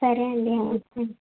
సరే అండి ఓకే